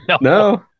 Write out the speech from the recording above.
No